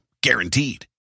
Guaranteed